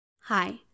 Hi